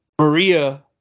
Maria